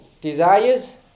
desires